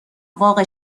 واقع